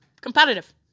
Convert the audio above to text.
competitive